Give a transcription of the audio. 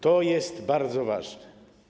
To jest bardzo ważne.